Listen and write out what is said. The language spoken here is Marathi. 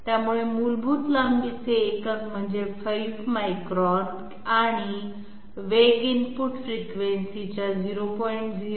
त्यामुळे मूलभूत लांबीचे एकक म्हणजे 5 मायक्रॉन आणि वेग इनपुट फ्रिक्वेन्सीच्या 0